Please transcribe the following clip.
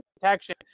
protection